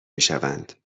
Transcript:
میشوند